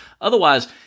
otherwise—